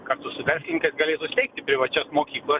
kartu su verslininkais galėtų steigti privačias mokyklas